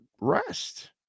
rest